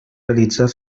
realitzar